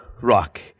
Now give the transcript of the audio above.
Rock